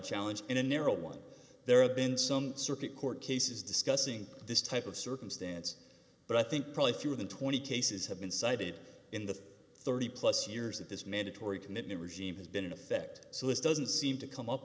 challenge in a narrow one there have been some circuit court cases discussing this type of circumstance but i think probably fewer than twenty cases have been cited in the thirty plus years that this mandatory commitment regime has been in effect so this doesn't seem to come up